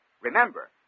Remember